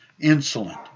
insolent